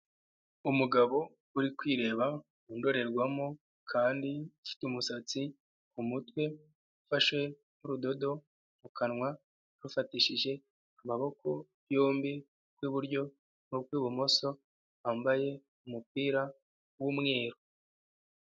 Umugabo uri kwireba mu ndorerwamo kandi ufite umusatsi ku mutwe ufashe n'urudodo mu kanwa, arufatishije amaboko yombi y'iburyo n'ubw'ibumoso, wambaye umupira w'umweru.